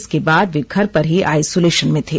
इसके बाद वे घर पर ही आइसोलेशन में थे